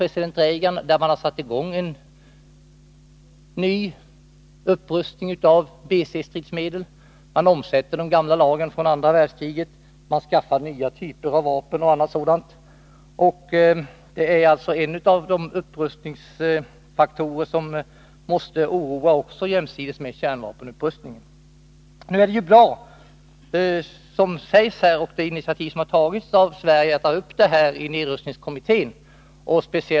President Reagan har satt i gång en ny upprustning av BC-stridsmedel. Man omsätter de gamla lagren från andra världskriget, man skaffar nya vapen osv. Det är en av de upprustningsfaktorer som måste oroa jämsides med kärnvapenupprustningen. Det är bra att Sverige har tagit upp den här frågan i nedrustningskommittén.